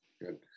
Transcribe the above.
Good